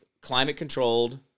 climate-controlled